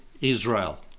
israel